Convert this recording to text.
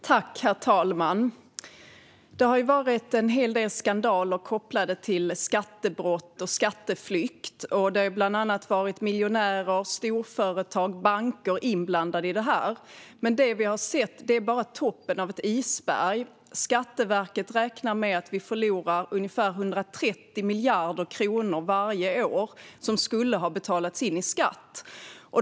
Herr talman! Det har varit en hel del skandaler kopplade till skattebrott och skatteflykt, och det har bland annat varit miljonärer, storföretag och banker inblandade i detta. Men det vi har sett är bara toppen av ett isberg. Skatteverket räknar med att vi förlorar ungefär 130 miljarder kronor varje år som skulle ha betalats in i skatt.